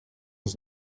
was